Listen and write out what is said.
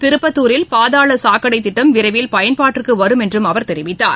திருப்பத்தூரில் பாதாளசாக்கடைத்திட்டம் விரைவில் பயன்பாட்டிற்குவரும் என்றும் அவர் கூறினார்